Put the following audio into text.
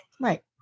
Right